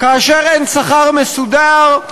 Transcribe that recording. כאשר אין שכר מסודר,